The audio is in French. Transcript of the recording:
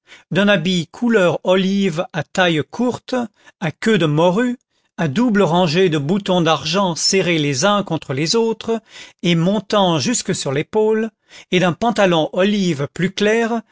d'un habit couleur olive à taille courte à queue de morue à double rangée de boutons d'argent serrés les uns contre les autres et montant jusque sur l'épaule et d'un pantalon olive plus clair